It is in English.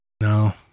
No